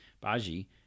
Baji